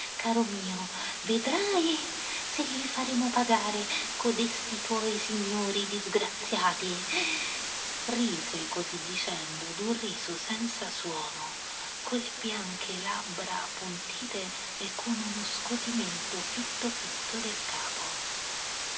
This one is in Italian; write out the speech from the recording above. caro mio vedrai se li faremo pagare codesti tuoi signori disgraziati rise così dicendo d'un riso senza suono con le bianche labbra appuntite e con uno scotimento fitto fitto del capo